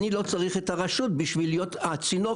אני לא צריך את הרשות בשביל להיות הצינור